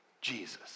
Jesus